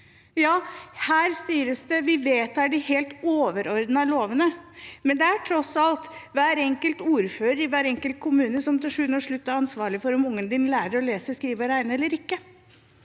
Ja, her styres det, vi vedtar de helt overordnete lovene, men det er tross alt hver enkelt ordfører i hver enkelt kommune som til sjuende og sist er ansvarlig for om ungene lærer å lese, skrive og regne eller ikke.